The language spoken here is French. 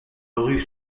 rue